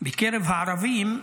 בקרב הערבים,